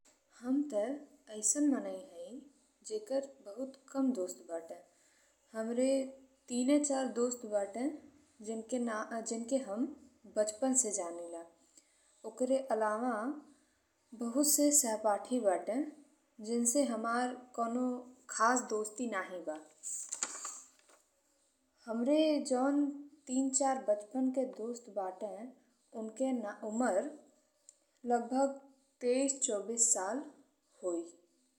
हम ते अइसन मनई हई जेकरे बहुत कम दोस्त बाटे। हमरे तीन-चार दोस्त बाटे जेकरा हम बचपन से जानीला ओकरा अलावा बहुत से सहपाठी बाटे जेसे हमार कवनो खास दोस्ती नाहीं बा। हमरे जौन तीन-चार बचपन के दोस्त बाटे ओनके उम्र लगभग तेईस-चौबीस साल होई।